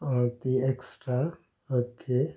आं ती extra okay